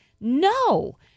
No